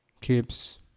keeps